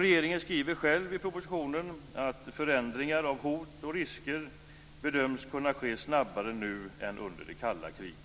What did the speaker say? Regeringen skriver själv i propositionen att förändringar av hot och risker bedöms kunna ske snabbare nu än under det kalla kriget.